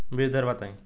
बीज दर बताई?